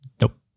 nope